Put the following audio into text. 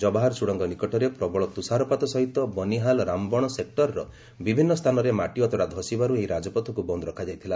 ଜବାହର ସୁଡ଼ଙ୍ଗ ନିକଟରେ ପ୍ରବଳ ତୁଷାରପାତ ସହିତ ବନିହାଲ୍ ରାବବଣ ସେକ୍ଟରର ବିଭିନ୍ନ ସ୍ଥାନରେ ମାଟି ଅତଡ଼ା ଧସିବାରୁ ଏହି ରାଜପଥକୁ ବନ୍ଦ୍ ରଖାଯାଇଥିଲା